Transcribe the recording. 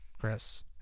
Chris